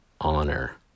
honor